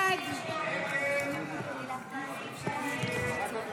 51 בעד, 62 נגד.